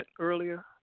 earlier